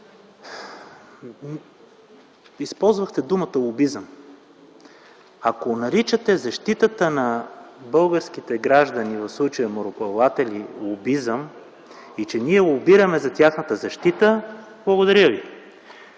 използвахте думата „лобизъм”. Ако наричате защитата на българските граждани, в случая – мореплаватели, лобизъм и че ние лобираме за тяхната защита, благодаря Ви.